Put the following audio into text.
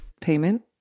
payment